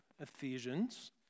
Ephesians